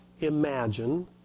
imagine